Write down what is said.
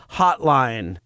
hotline